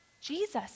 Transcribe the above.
Jesus